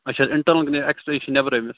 اچھا internal extra چھِ نیٚبرٕ أمِس